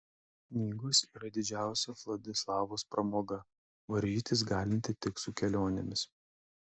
knygos yra didžiausia vladislavos pramoga varžytis galinti tik su kelionėmis